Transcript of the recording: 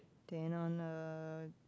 then on uh